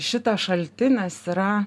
šitas šaltinis yra